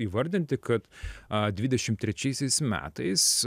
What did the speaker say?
įvardinti kad a dvidešim trečiaisiais metais